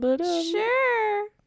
Sure